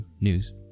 news